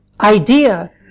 idea